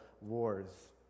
wars